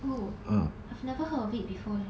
oh I've never heard of it before leh